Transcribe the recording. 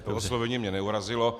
To oslovení mě neurazilo.